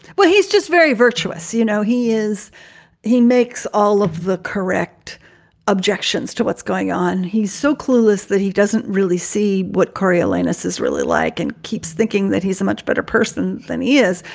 well, he's just very virtuous. you know, he is he makes all of the correct objections to what's going on. he's so clueless that he doesn't really see what coriolanus is really like and keeps thinking that he's a much better person than he is,